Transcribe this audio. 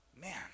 Man